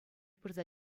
пырса